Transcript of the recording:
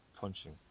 punching